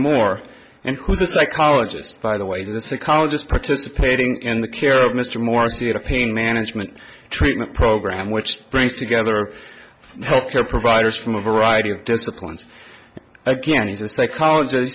moore and who's a psychologist by the way the psychologist participating in the care of mr morsi at a pain management treatment program which brings together health care providers from a variety of disciplines again he's a psycholog